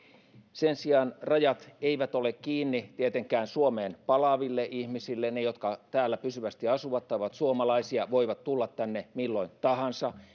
sen sijaan rajat eivät ole kiinni tietenkään suomeen palaaville ihmisille ne jotka täällä pysyvästi asuvat tai ovat suomalaisia voivat tulla tänne milloin tahansa